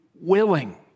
willing